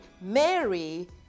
Mary